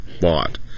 bought